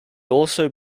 also